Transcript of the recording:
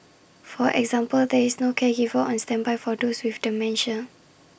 for example there is no caregiver on standby for those with dementia